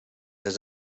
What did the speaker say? des